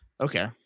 Okay